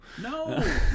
No